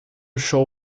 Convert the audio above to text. show